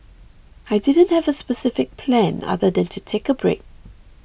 I didn't have a specific plan other than to take a break